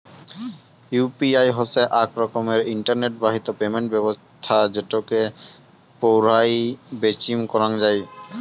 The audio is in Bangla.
ইউ.পি.আই হসে আক রকমের ইন্টারনেট বাহিত পেমেন্ট ব্যবছস্থা যেটোকে পৌরাই বেচিম করাঙ যাই